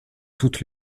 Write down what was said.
toutes